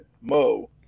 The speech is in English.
Mo